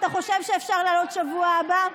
אתה חושב שאפשר להעלות בשבוע הבא?